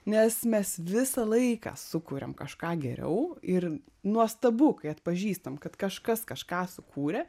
nes mes visą laiką sukuriam kažką geriau ir nuostabu kai atpažįstam kad kažkas kažką sukūrė